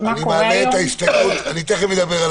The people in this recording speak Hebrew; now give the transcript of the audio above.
חברים,